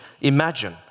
Imagine